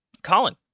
Colin